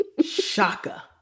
Shaka